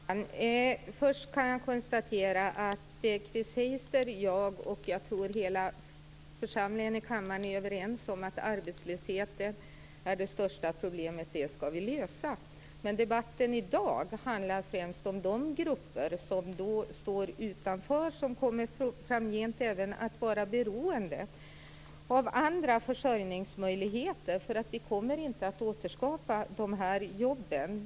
Fru talman! Först kan jag konstatera att Chris Heister, jag och - tror jag - hela församlingen i kammaren är överens om att arbetslösheten är det största problemet. Det skall vi lösa. Men debatten i dag handlar främst om de grupper som står utanför och som även framgent kommer att vara beroende av andra försörjningsmöjligheter. Vi kommer inte att återskapa dessa jobb.